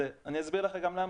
אסביר לך גם למה,